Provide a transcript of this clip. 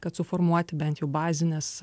kad suformuoti bent jau bazines